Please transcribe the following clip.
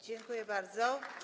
Dziękuję bardzo.